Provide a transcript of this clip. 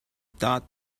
dot